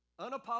unapologetic